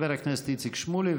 חבר הכנסת איציק שמולי,